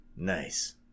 nice